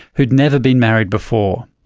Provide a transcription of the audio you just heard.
who had never been married before.